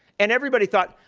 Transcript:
and everybody thought,